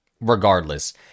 regardless